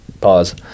Pause